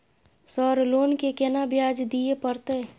Sir loan के केना ब्याज दीये परतें?